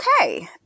Okay